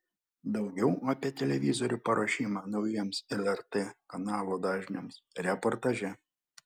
daugiau apie televizorių paruošimą naujiems lrt kanalų dažniams reportaže